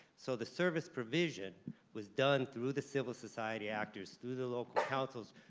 so the service provision was done through the civil society actors, through the local councils,